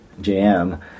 JM